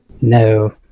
No